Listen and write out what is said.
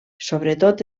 sobretot